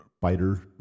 fighter